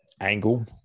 angle